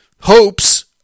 hopes